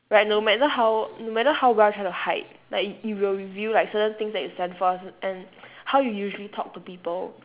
right no matter how no matter how well you try to hide like it it will reveal like certain things that you stand for and how you usually talk to people